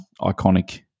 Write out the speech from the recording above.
iconic